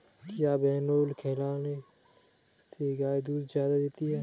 क्या बिनोले खिलाने से गाय दूध ज्यादा देती है?